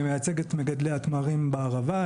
אני מייצג את מגדלי התמרים בערבה.